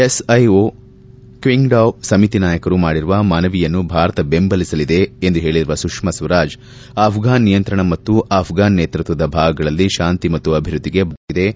SCO Qingdao ಸಮಿತಿ ನಾಯಕರು ಮಾಡಿರುವ ಮನವಿಯನ್ನು ಭಾರತ ಬೆಂಬಲಿಸಲಿದೆ ಎಂದು ಹೇಳಿರುವ ಸುಷ್ನಾ ಸ್ವರಾಜ್ ಅಷ್ವಾನ್ ನಿಯಂತ್ರಣ ಮತ್ತು ಅಪ್ಫಾನ್ ನೇತೃತ್ವದ ಭಾಗಗಳಲ್ಲಿ ಶಾಂತಿ ಮತ್ತು ಅಭಿವೃದ್ದಿಗೆ ಭಾರತ ಬದ್ದವಾಗಿದೆ